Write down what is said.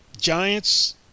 Giants